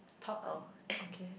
oh